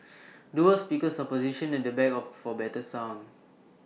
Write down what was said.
dual speakers are positioned at the back of for better sound